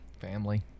family